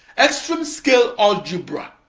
extreme-scale algebra